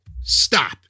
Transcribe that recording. stop